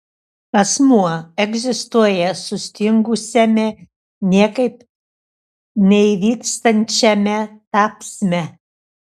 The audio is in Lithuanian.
asmuo egzistuoja sustingusiame niekaip neįvykstančiame tapsme